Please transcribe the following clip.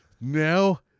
Now